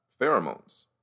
pheromones